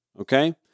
Okay